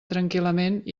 tranquil·lament